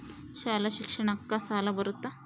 ಶಾಲಾ ಶಿಕ್ಷಣಕ್ಕ ಸಾಲ ಬರುತ್ತಾ?